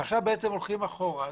ועכשיו הולכים אחורה.